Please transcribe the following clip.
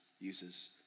uses